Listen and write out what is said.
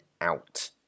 out